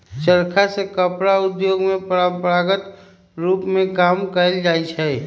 चरखा से कपड़ा उद्योग में परंपरागत रूप में काम कएल जाइ छै